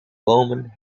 bomen